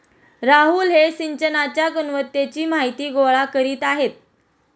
राहुल हे सिंचनाच्या गुणवत्तेची माहिती गोळा करीत आहेत